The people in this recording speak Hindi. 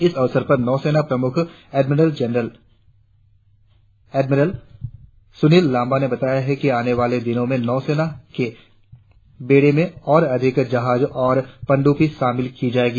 इस अवसर पर नौसेना प्रमुख एडमरल सुनील लांबा ने बताया कि आने वाले दिनों में नौसेना के बेड़े में और अधिक जहाज और पनडुब्बियां शामिल की जाएगी